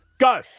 Go